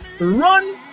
run